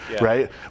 right